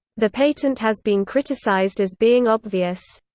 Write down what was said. the patent has been criticized as being obvious.